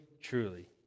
truly